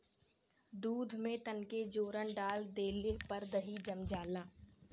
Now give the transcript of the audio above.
दूध में तनके जोरन डाल देले पर दही जम जाला